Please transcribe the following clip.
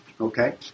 Okay